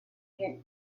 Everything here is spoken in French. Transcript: fit